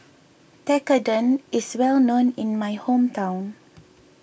Tekkadon is well known in my hometown